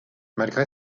malgré